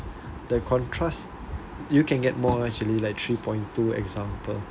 the contrast you can get more actually like three point two example